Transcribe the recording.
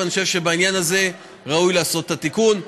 ואני חושב שבעניין הזה ראוי לעשות את התיקון.